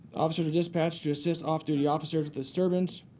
officers were dispatched to assist off-duty officers disturbance.